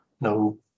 no